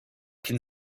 can